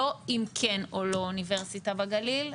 לא אם כן או לא אוניברסיטה בגליל,